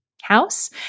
house